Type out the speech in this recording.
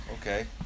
Okay